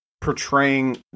portraying